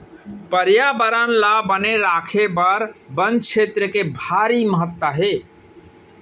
परयाबरन ल बने राखे बर बन छेत्र के भारी महत्ता हे